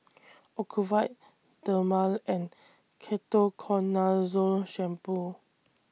Ocuvite Dermale and Ketoconazole Shampoo